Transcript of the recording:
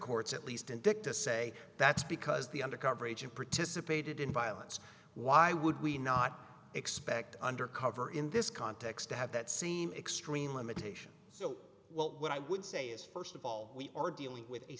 courts at least and dick to say that's because the undercover agent participated in violence why would we not expect undercover in this context to have that seem extreme limitation so well what i would say is st of all we are dealing with a